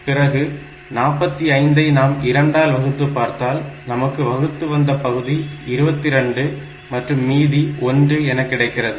பிறகு 45 ஐ நாம் 2 ஆல் வகுத்து பார்த்தால் நமக்கு வகுத்து வந்த பகுதி 22 மற்றும் மீதி 1 என கிடைக்கிறது